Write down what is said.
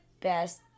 best